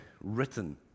written